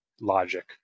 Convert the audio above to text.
logic